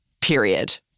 Period